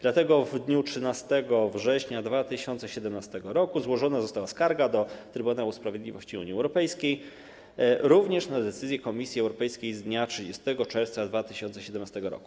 Dlatego w dniu 13 września 2017 r. złożona została skarga do Trybunału Sprawiedliwości Unii Europejskiej również na decyzję Komisji Europejskiej z dnia 30 czerwca 2017 r.